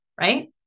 right